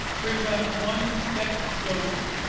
brings us one step closer.